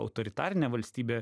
autoritarinė valstybė